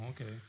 okay